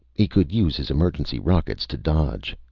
he could use his emergency rockets to dodge.